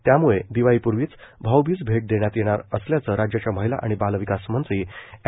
त्यामुळं दिवाळीपुर्वीच भाऊबीज भेट देण्यात येत असल्याचं राज्याच्या महिला आणि बाल विकास मंत्री अँड